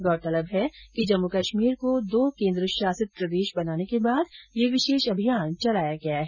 गौरतलब है कि जम्मू कश्मीर को दो केन्द्र शासित प्रदेश बनाने के बाद यह विशेष अभियान चलाया गया है